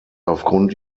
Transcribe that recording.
aufgrund